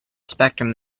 spectrum